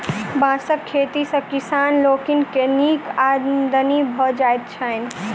बाँसक खेती सॅ किसान लोकनि के नीक आमदनी भ जाइत छैन